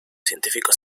científicos